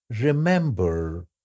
Remember